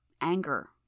Anger